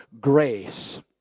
grace